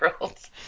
Worlds